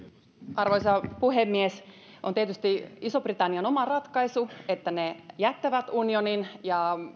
arvoisa puhemies on tietysti ison britannian oma ratkaisu että he jättävät unionin ja